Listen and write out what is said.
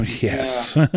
yes